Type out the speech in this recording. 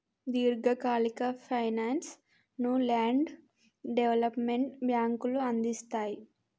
దీర్ఘకాలిక ఫైనాన్స్ ను land development బ్యేంకులు అందిస్తయ్